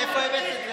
מאיפה הבאת את זה?